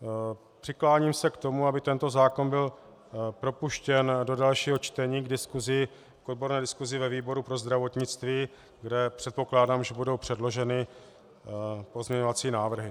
Přikláním se k tomu, aby tento zákon byl propuštěn do dalšího čtení k diskuzi k odborné diskuzi ve výboru pro zdravotnictví, kde předpokládám, že budou předloženy pozměňovací návrhy.